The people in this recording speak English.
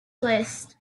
list